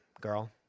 girl